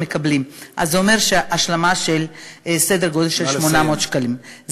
אז זה אומר השלמה של סדר גודל של 800 שקלים.